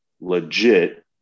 legit